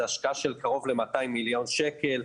זה השקעה של קרוב ל-200 מיליון שקל.